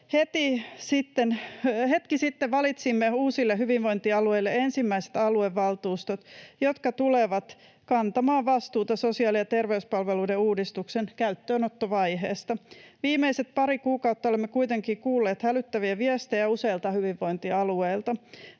Hetki sitten valitsimme uusille hyvinvointialueille ensimmäiset aluevaltuustot, jotka tulevat kantamaan vastuuta sosiaali- ja terveyspalveluiden uudistuksen käyttöönottovaiheesta. Viimeiset pari kuukautta olemme kuitenkin kuulleet hälyttäviä viestejä useilta hyvinvointialueilta.